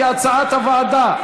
כהצעת הוועדה.